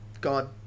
god